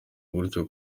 gutyo